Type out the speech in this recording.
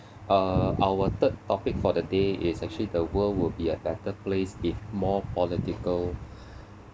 uh our third topic for the day is actually the world would be a better place if more political